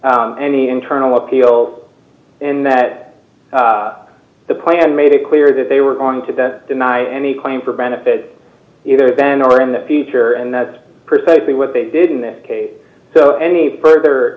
any internal appeal and that the plan made it clear that they were going to deny any claim for benefit either then or in the future and that's precisely what they did in this case so any further